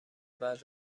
بعد